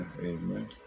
amen